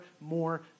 more